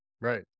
right